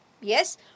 Yes